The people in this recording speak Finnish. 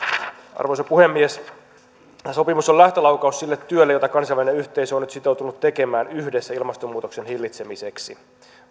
arvoisa puhemies sopimus on lähtölaukaus sille työlle jota kansainvälinen yhteisö on nyt sitoutunut tekemään yhdessä ilmastonmuutoksen hillitsemiseksi